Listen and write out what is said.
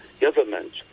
government